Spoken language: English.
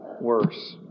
worse